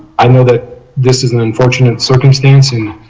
i know that this is and unfortunate circumstance. and